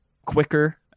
quicker